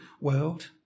world